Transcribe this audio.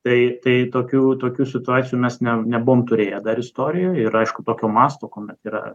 tai tai tokių tokių situacijų mes ne nebuvom turėję dar istorijoj ir aišku tokio masto kuomet yra